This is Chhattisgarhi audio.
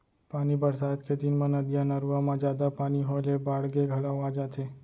पानी बरसात के दिन म नदिया, नरूवा म जादा पानी होए ले बाड़गे घलौ आ जाथे